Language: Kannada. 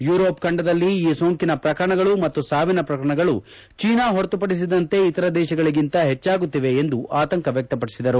ಯುರೋಪ್ ಖಂಡದಲ್ಲಿ ಈ ಸೋಂಕಿನ ಪ್ರಕರಣಗಳು ಮತ್ತು ಸಾವಿನ ಪ್ರಕರಣಗಳು ಚೀನಾ ಹೊರತುಪಡಿಸಿದಂತೆ ಇತರ ದೇಶಗಳಿಗಿಂತ ಹೆಚ್ಚಾಗುತ್ತಿವೆ ಎಂದು ಆತಂಕ ವ್ಯಕ್ತಪಡಿಸಿದರು